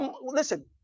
Listen